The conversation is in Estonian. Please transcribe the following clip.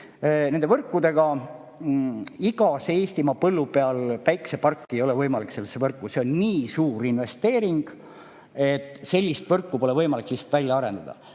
Nende võrkudega on nii, et iga Eestimaa põllu peal päikeseparke ei ole võimalik sellesse võrku [liita]. See on nii suur investeering, et sellist võrku pole võimalik välja arendada.